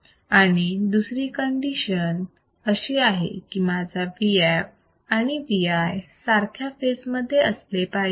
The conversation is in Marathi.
दुसरी कंडिशन अशी आहे की माझा Vf आणि Vi सारख्या फेज मध्ये असले पाहिजेत